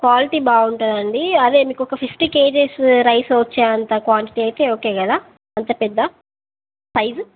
quality బాగుంటుందండి అదే మీకు ఒక ఫిఫ్టీ కే జీస్ రైస్ వచ్చే అంత క్వాంటిటీ అయితే ఓకే కదా అంత పెద్ద సైజు